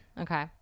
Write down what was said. Okay